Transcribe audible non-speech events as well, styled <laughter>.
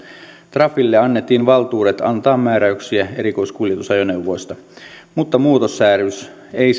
trafille annettiin valtuudet antaa määräyksiä erikoiskuljetusajoneuvoista mutta muutossäädös ei <unintelligible>